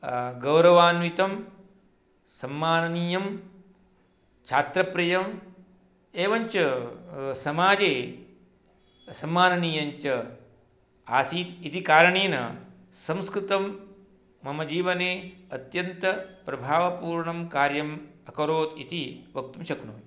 गौरवान्वितं सम्माननीयं छात्रप्रियम् एवञ्च समाजे सम्माननीयञ्च आसीत् इति कारणेन संस्कृतं मम जीवने अत्यन्तप्रभावपूर्णं कार्यं अकरोत् इति वक्तुं शक्नोमि